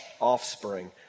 offspring